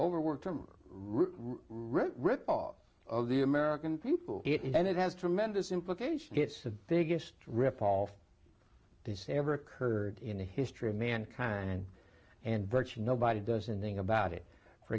overworked recall of the american people and it has tremendous implications it's the biggest rip off this ever occurred in the history of mankind and birch nobody does anything about it for